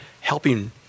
helping